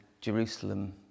Jerusalem